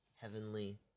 heavenly